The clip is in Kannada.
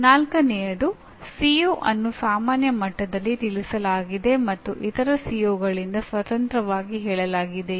ನಾಲ್ಕನೆಯದು ಸಿಒ ಅನ್ನು ಸಾಮಾನ್ಯ ಮಟ್ಟದಲ್ಲಿ ತಿಳಿಸಲಾಗಿದೆ ಮತ್ತು ಇತರ ಸಿಒಗಳಿಂದ ಸ್ವತಂತ್ರವಾಗಿ ಹೇಳಲಾಗಿದೆಯೇ